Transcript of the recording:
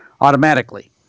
automatically